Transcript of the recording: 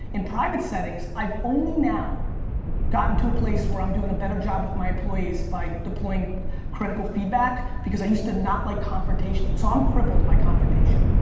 in private settings, i've only now gotten to a place where i'm doing a better job with my employees by deploying critical feedback because i used to not like confrontation. so i'm crippled by confrontation.